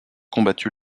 combattu